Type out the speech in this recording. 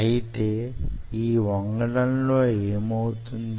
ఐతే యీ వంగడంతో ఏమౌతుంది